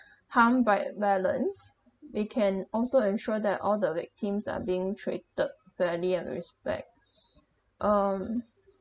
harmed by violence we can also ensure that all the victims are being treated fairly and respect um